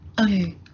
Okay